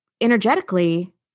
energetically